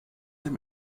dem